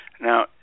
Now